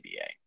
ABA